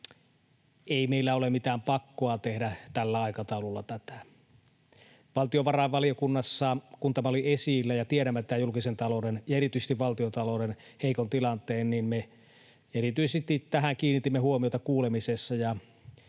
ei meillä ole mitään pakkoa tehdä tällä aikataululla tätä. Valtiovarainvaliokunnassa kun tämä oli esillä ja kun tiedämme tämän julkisen talouden ja erityisesti valtiontalouden heikon tilanteen, niin me erityisesti tähän kiinnitimme huomiota kuulemisissa,